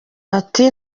ati